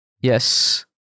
Yes